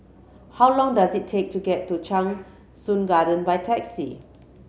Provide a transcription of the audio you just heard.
how long does it take to get to Cheng Soon Garden by taxi